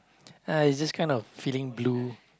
I just kind of feeling blue